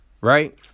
right